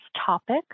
topic